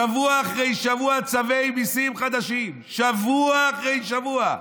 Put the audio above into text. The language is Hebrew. שבוע אחרי שבוע צווי מיסים חדשים, שבוע אחרי שבוע,